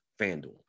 FanDuel